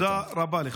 תודה רבה לך.